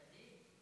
צדיק?